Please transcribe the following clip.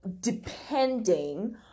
depending